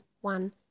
one